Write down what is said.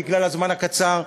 בגלל הזמן הקצר,